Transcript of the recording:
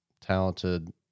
talented